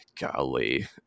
Golly